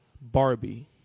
Barbie